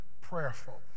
prayerful